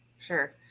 Sure